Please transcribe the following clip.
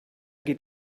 geht